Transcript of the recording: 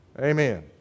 Amen